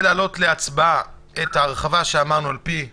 לגבי מה שאמרת אם זה יוצר מעמסה או נטל, וכו'.